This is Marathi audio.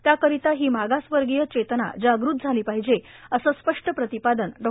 त्याकरिता ही मागासवर्गीय चेतना जाग़त झाली पाहिजे असं स्पष्ट प्रतिपादन डॉ